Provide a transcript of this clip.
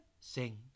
sing